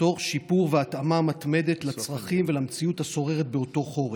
תוך שיפור והתאמה מתמדת לצרכים ולמציאות השוררת באותו חורף.